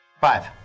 Five